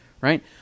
Right